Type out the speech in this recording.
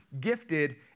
gifted